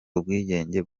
ubwigenge